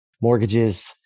mortgages